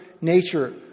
nature